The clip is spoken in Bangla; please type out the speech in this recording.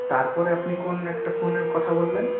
তারপরে আপনি কোন একটা ফোনের কথা বললেন